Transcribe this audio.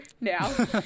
now